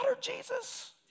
Jesus